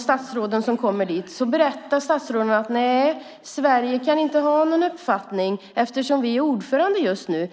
statsråden som kommer dit berättar: Nej, Sverige kan inte ha någon uppfattning eftersom vi är ordförande just nu.